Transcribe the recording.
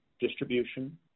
distribution